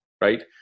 right